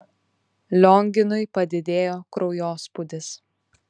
lionginui padidėjo kraujospūdis